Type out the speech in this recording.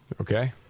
Okay